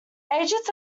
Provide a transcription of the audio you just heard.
ages